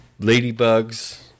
ladybugs